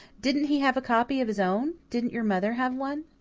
didn't he have a copy of his own didn't your mother have one?